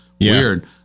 weird